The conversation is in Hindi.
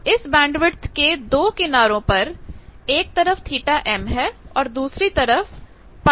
अब इस बैंडविथ के दो किनारों पर एक तरफ θm है और दूसरी तरफ π−θm है